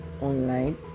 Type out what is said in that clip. online